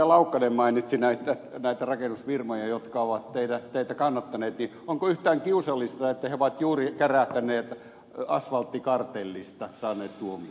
laukkanen mainitsi näitä rakennusfirmoja jotka ovat teitä kannattaneet onko yhtään kiusallista että ne ovat juuri kärähtäneet asfalttikartellista saaneet tuomion